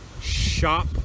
shop